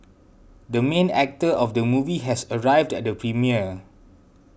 the main actor of the movie has arrived at the premiere